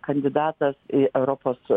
kandidatas į europos